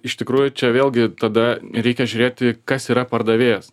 iš tikrųjų čia vėlgi tada reikia žiūrėti kas yra pardavėjas